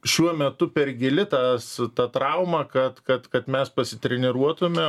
šiuo metu per gili tas ta trauma kad kad kad mes pasitreniruotume